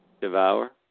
Devour